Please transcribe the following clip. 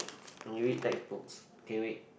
when you read textbooks can you read